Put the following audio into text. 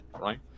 right